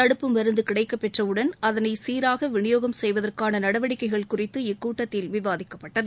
தடுப்பு மருந்து கிடைக்கப் பெற்றவுடன் அதனை சீராக விநியோகம் செய்வதற்கான நடவடிக்கைகள் குறித்து இக்கூட்டத்தில் விவாதிக்கப்பட்டது